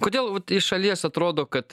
kodėl vat iš šalies atrodo kad